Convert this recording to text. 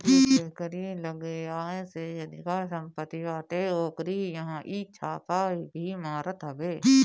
जेकरी लगे आय से अधिका सम्पत्ति बाटे ओकरी इहां इ छापा भी मारत हवे